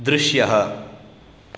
दृश्यः